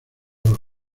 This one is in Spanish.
los